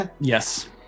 Yes